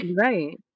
Right